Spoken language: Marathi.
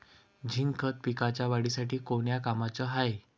झिंक खत पिकाच्या वाढीसाठी कोन्या कामाचं हाये?